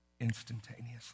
instantaneously